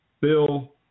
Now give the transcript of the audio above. Bill